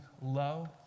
low